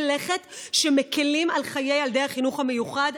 לכת שמקילים על חיי ילדי החינוך המיוחד,